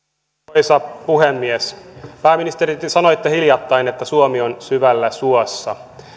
arvoisa puhemies pääministeri te sanoitte hiljattain että suomi on syvällä suossa